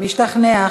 משתכנע.